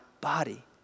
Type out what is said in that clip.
body